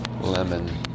lemon